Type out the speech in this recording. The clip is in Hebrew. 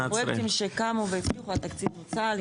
הפרויקטים שקמו והצליחו התקציב נוצל,